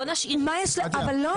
בואו נשאיר --- אבל לא,